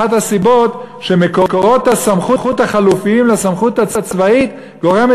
אחת הסיבות שמקורות הסמכות החלופיים לסמכות הצבאית גורמות